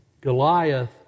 Goliath